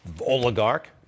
oligarch